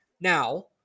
Now